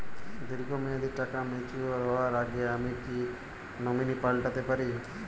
দীর্ঘ মেয়াদি টাকা ম্যাচিউর হবার আগে আমি কি নমিনি পাল্টা তে পারি?